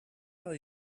are